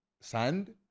sand